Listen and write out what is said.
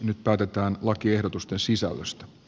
nyt päätetään lakiehdotusten sisällöstä